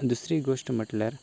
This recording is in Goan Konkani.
आनी दुसरी गोष्ट म्हणल्यार